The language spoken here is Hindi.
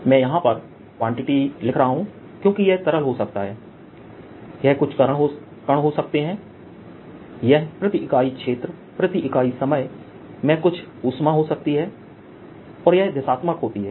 मैं यहां पर क्वांटिटी लिख रहा हूं क्योंकि यह तरल हो सकता है यह कुछ कण हो सकते है यह प्रति इकाई क्षेत्र प्रति इकाई समय में कुछ ऊष्मा हो सकती है और यह दिशात्मक होती है